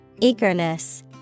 Eagerness